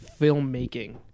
filmmaking